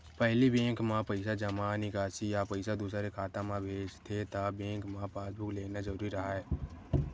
पहिली बेंक म पइसा जमा, निकासी या पइसा दूसर के खाता म भेजथे त बेंक म पासबूक लेगना जरूरी राहय